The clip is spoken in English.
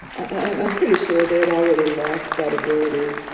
i'm pretty sure they had already lost that ability,